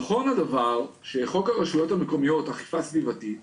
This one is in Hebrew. נכון הדבר שחוק הרשויות המקומיות אכיפה סביבתית,